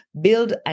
build